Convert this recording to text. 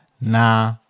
nah